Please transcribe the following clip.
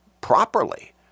properly